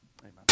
amen